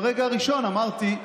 ברגע הראשון אמרתי: